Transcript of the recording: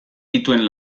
dituen